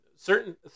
Certain